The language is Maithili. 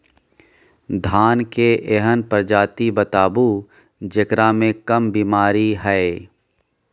धान के एहन प्रजाति बताबू जेकरा मे कम बीमारी हैय?